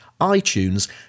iTunes